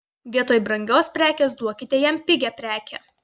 vietoj brangios prekės duokite jam pigią prekę